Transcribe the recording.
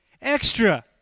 extra